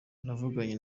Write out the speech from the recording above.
navuganye